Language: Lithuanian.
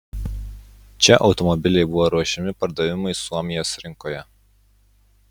čia automobiliai buvo ruošiami pardavimui suomijos rinkoje